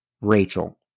Rachel